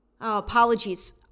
Apologies